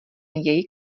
jej